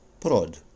Prod